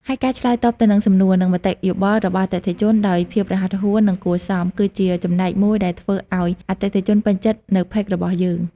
ហើយការឆ្លើយតបទៅនឹងសំណួរ និងមតិយោបល់របស់អតិថិជនដោយភាពរហ័សរហួន និងគួរសម គឺជាចំណែកមួយដែរធ្វើឲ្យអតិថិជនពេញចិត្តនៅផេករបស់យើង។